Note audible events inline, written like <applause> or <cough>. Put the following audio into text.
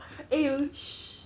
eh you <noise>